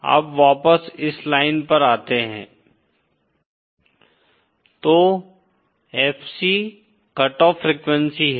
अब वापस इस लाइन पर आते है तो FC कट ऑफ फ़्रीक्वेंसी है